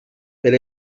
per